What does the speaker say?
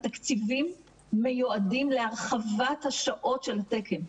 התקציבים מיועדים להרחבת השעות של התקן.